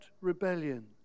rebellion